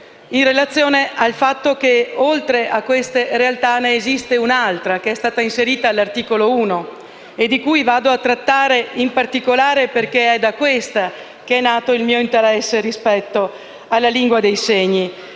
in relazione al fatto che oltre a queste realtà ne esiste un'altra che è stata inserita all'articolo 1 e di cui vado a trattare in particolare perché è da essa che è nato il mio interesse rispetto alla lingua dei segni.